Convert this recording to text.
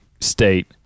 state